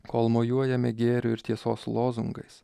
kol mojuojame gėrio ir tiesos lozungais